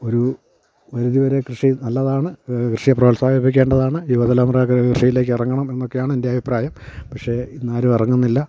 ഒരു പരിധിവരെ കൃഷി നല്ലതാണ് കൃഷിയെ പ്രോത്സാഹിപ്പിക്കേണ്ടതാണ് യുവതലമുറ കൃഷീലേക്ക് ഇറങ്ങണം എന്നൊക്കെ ആണെൻ്റെ അഭിപ്രായം പക്ഷേ ഇന്നാരും ഇറങ്ങുന്നില്ല